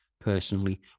personally